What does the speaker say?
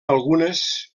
algunes